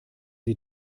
sie